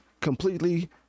completely